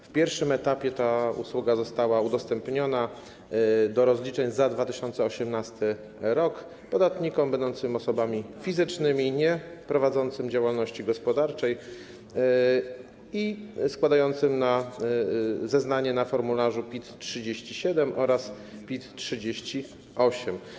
Na pierwszym etapie ta usługa została udostępniona do rozliczeń za 2018 r. podatnikom będącym osobami fizycznymi nieprowadzącym działalności gospodarczej i składającym zeznanie na formularzu PIT-37 oraz PIT-38.